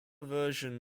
version